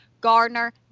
gardner